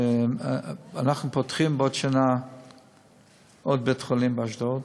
שאנחנו פותחים בעוד שנה עוד בית-חולים באשדוד,